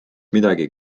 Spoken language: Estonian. midagi